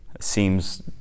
seems